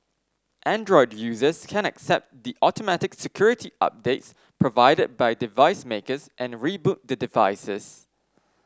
Android users can accept the automatic security updates provided by device makers and reboot the devices